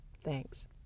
thanks